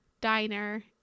diner